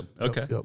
Okay